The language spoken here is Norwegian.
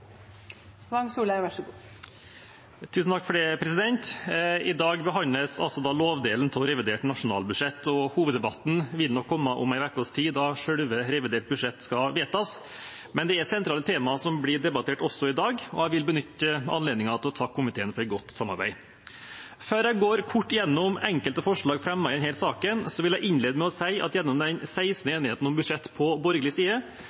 I dag behandles altså lovdelen av revidert nasjonalbudsjett. Hoveddebatten vil nok komme om en ukes tid, da selve revidert budsjett skal vedtas, men det er sentrale tema som blir debattert også i dag. Jeg vil benytte anledningen til å takke komiteen for godt samarbeid. Før jeg kort går gjennom enkelte forslag fremmet i denne saken, vil jeg innlede med å si at gjennom den 16. enigheten om budsjett på borgerlig side